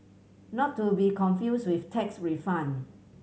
not to be confused with tax refund